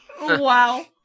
Wow